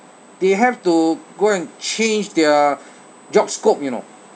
they have to go and change their job scope you know